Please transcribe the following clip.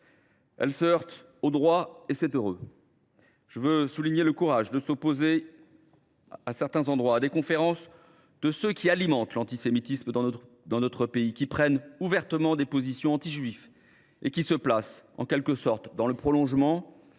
Elle se heurte au droit, et c’est heureux. Je veux souligner le courage de s’opposer à des conférences animées par ceux qui alimentent l’antisémitisme dans notre pays, qui prennent ouvertement des positions antijuives et qui se placent dans le prolongement